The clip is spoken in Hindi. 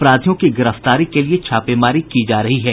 अपराधियों की गिरफ्तारी के लिये लगातार छापेमारी की जा रही है